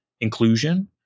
inclusion